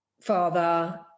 father